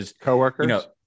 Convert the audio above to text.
Co-workers